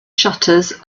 shutters